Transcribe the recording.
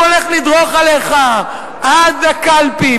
הוא הולך לדרוך עליך עד הקלפי,